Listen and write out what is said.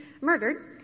murdered